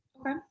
Okay